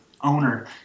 Owner